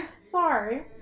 sorry